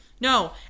No